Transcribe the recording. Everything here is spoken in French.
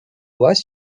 lois